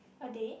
a day